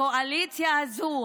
הקואליציה הזאת,